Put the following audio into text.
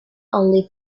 only